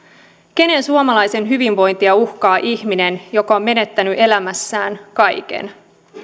kenen suomalaisen hyvinvointia uhkaa ihminen joka on menettänyt elämässään kaiken